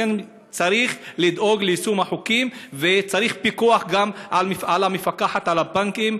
לכן צריך לדאוג ליישום החוקים וצריך פיקוח גם על המפקחת על הבנקים,